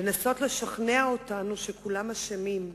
לנסות לשכנע אותנו שכולם אשמים,